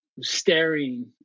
staring